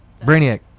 Brainiac